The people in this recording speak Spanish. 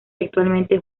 actualmente